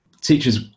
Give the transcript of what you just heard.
teachers